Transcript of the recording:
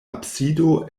absido